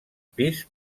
pis